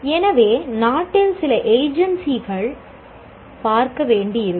எனவே நாட்டில் சில ஏஜென்சிகள் பார்க்க வேண்டியிருக்கும்